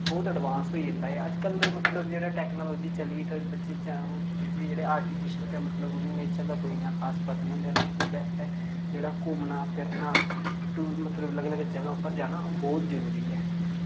बहुत एडवांस होई जंदा ऐ अजकल मतलब जेह्ड़ा टेक्नोलाजी चली ते बच्चे च दिखदे आर्टिफीशल गै मतलब उ'नें नेचर दा कोई इन्ना खास पता नेईं होंदा ते इदे आस्तै जेह्ड़ा घुम्मना फिरना टू मतलब लग्ग लग्ग जगह उप्पर जाना बोह्त जरुरी ऐ